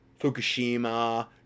Fukushima